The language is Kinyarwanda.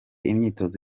imyitozo